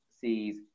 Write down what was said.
sees